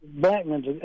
Blackman's